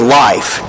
life